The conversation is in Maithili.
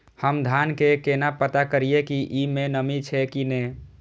हम धान के केना पता करिए की ई में नमी छे की ने?